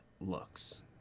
looks